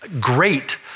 great